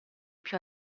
più